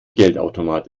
geldautomat